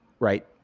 Right